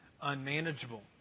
unmanageable